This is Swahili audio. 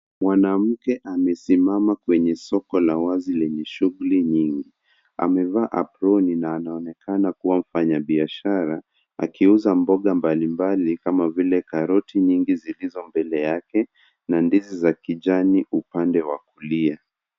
Mwanamke amesimama kwenye soko la wazi lenye shughuli nyingi. Amevaa aproni na anaonekana kuwa ni mfanye biashara akiuuza mboga mbali mbali kama vile karoti nyingi zililozo mbele yake na ndizi za kijani upande wa kulia.